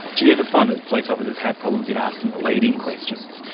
do you ever find that police officers have problems in asking leading questions?